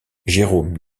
jérôme